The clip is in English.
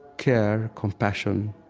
care, compassion,